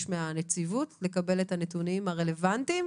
מהנציבות לקבל את הנתונים הרלוונטיים.